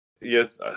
Yes